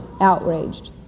outraged